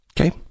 Okay